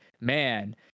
man